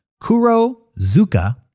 Kurozuka